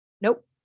Nope